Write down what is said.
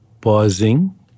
pausing